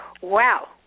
Wow